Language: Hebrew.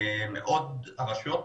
הרשויות,